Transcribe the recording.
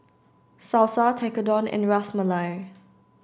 Salsa Tekkadon and Ras Malai